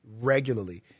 regularly